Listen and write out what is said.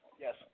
Yes